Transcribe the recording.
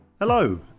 Hello